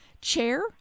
Chair